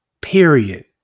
Period